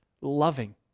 loving